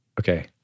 okay